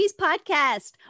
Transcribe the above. podcast